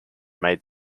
made